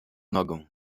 nogą